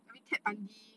I mean ted bundy